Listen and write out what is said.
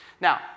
Now